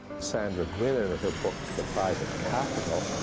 sandra gwyn in her book, the private capital,